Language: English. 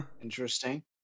Interesting